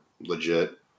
legit